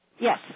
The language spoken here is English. Yes